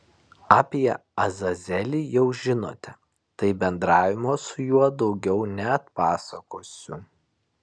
apie azazelį jau žinote tai bendravimo su juo daugiau neatpasakosiu